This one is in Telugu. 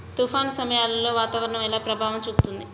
తుఫాను సమయాలలో వాతావరణం ఎలా ప్రభావం చూపుతుంది?